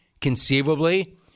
conceivably